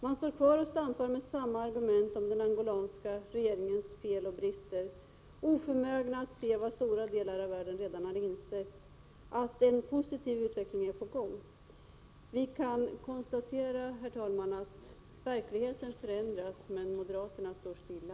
De står kvar och stampar med samma argument om den angolanska regeringens fel och brister, oförmögna att se vad stora delar av världen redan har insett, nämligen att en positiv utveckling är i gång. Vi kan konstatera, herr talman, att verkligheten förändras, men moderaterna står stilla.